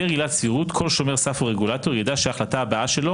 בהיעדר עילת סבירות כל שומר סף או רגולטור יידע שההחלטה הבאה שלו